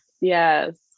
yes